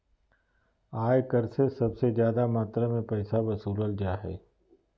आय कर से सबसे ज्यादा मात्रा में पैसा वसूलल जा हइ